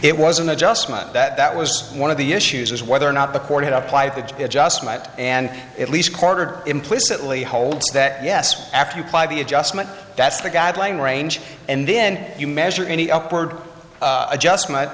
it was an adjustment that was one of the issues is whether or not the court had applied that it just might and at least quarter implicitly holds that yes after you buy the adjustment that's the guideline range and then you measure any upward adjustment